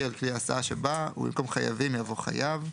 על כלי הסעה שבא" ובמקום "חייבים" יבוא "חייב".